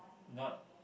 not